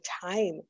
time